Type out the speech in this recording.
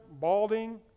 balding